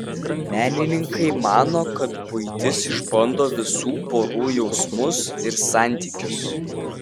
menininkai mano kad buitis išbando visų porų jausmus ir santykius